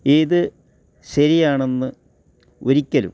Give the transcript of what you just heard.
ഇത് ശരിയാണെന്ന് ഒരിക്കലും